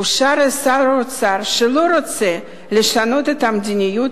בושה לשר האוצר שלא רוצה לשנות את המדיניות